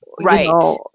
Right